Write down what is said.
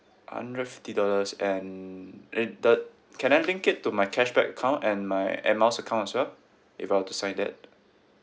hundred fifty dollars and it do~ can I link it to my cashback account and my air miles account as well if I were to sign that